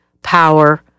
power